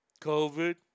COVID